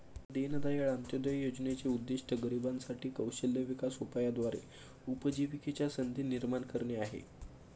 दीनदयाळ अंत्योदय योजनेचे उद्दिष्ट गरिबांसाठी साठी कौशल्य विकास उपायाद्वारे उपजीविकेच्या संधी निर्माण करणे आहे